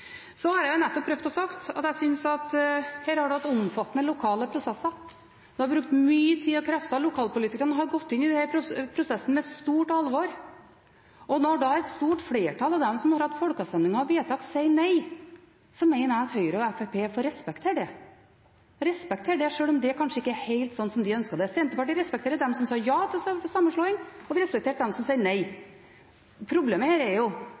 Så har jeg nettopp prøvd å si at jeg synes at det har vært omfattende lokale prosesser. Man har brukt mye tid og krefter. Lokalpolitikerne har gått inn i denne prosessen med stort alvor, og når da et stort flertall av dem som har hatt folkeavstemning, i vedtak sier nei, mener jeg at Høyre og Fremskrittspartiet får respektere det, sjøl om det kanskje ikke er helt som de hadde ønsket det. Senterpartiet respekterer dem som har sagt ja til sammenslåing, og vi respekterer dem som har sagt nei. Problemet her er jo